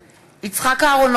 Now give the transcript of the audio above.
(קוראת בשמות חברי הכנסת) יצחק אהרונוביץ,